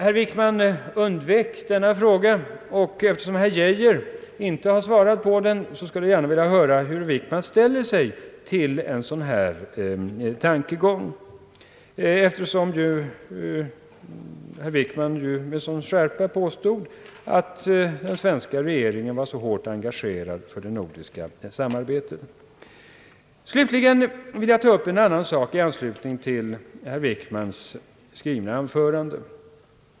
Herr Wickman undvek denna fråga, och då herr Geijer inte har svarat på den, skulle jag gärna vilja höra hur herr Wickman ställer sig till en sådan tankegång. Herr Wickman påstod med skärpa att den svenska regeringen var hårt engagerad för det nordiska samarbetet. Slutligen vill jag ta upp en annan fråga.